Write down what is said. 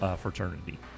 fraternity